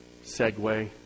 Segway